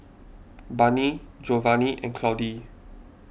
Barney Jovanni and Claudie